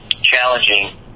challenging